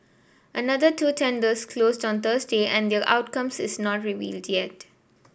another two tenders closed on Thursday and their outcome is not revealed yet